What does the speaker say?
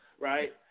right